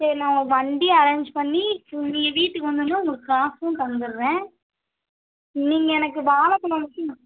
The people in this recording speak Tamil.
சரி நான் உங்களுக்கு வண்டி அரேஞ்ச் பண்ணி நீங்கள் வீட்டுக்கு வந்துடுங்க உங்களுக்கு காசும் தந்துடுறேன் நீங்கள் எனக்கு வாழைப் பழம் மட்டும்